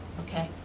okay.